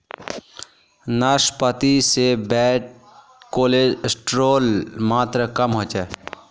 नाश्पाती से bad cholesterol मात्र कम होचे